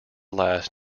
last